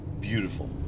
beautiful